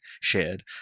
shared